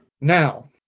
Now